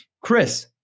Chris